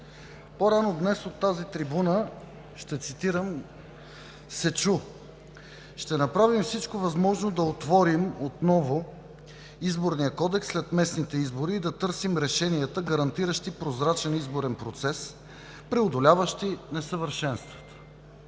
По-рано днес от тази трибуна, ще цитирам, се чу: „Ще направим всичко възможно да отворим отново Изборния кодекс след местните избори и да търсим решенията, гарантиращи прозрачен изборен процес, преодоляващи несъвършенствата“.